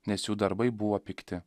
nes jų darbai buvo pikti